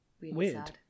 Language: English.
weird